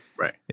Right